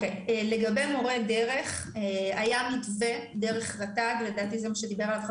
לגבי מורי דרך, היה מתווה דרך רשות הטבע והגנים,